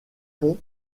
pons